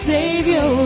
Savior